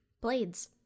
Blades